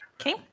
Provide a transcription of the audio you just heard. Okay